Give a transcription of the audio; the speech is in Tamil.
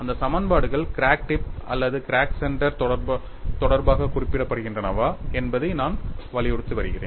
இந்த சமன்பாடுகள் கிராக் டிப் அல்லது கிராக் சென்டர் தொடர்பாக குறிப்பிடப்படுகின்றனவா என்பதை நான் வலியுறுத்தி வருகிறேன்